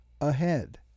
ahead